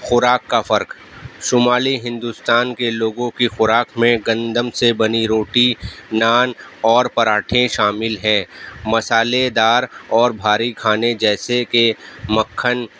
خوراک کا فرق شمالی ہندوستان کے لوگوں کی خوراک میں گندم سے بنی روٹی نان اور پراٹھے شامل ہیں مصالحےدار اور بھاری کھانے جیسے کہ مکّھن